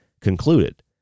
concluded